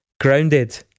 grounded